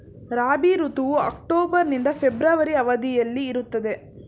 ರಾಬಿ ಋತುವು ಅಕ್ಟೋಬರ್ ನಿಂದ ಫೆಬ್ರವರಿ ಅವಧಿಯಲ್ಲಿ ಇರುತ್ತದೆ